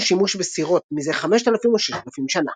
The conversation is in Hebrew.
שימוש בסירות מזה 5,000 או 6,000 שנה.